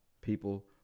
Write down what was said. people